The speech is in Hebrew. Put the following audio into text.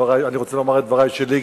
אני רוצה לומר את דברי שלי,